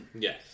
Yes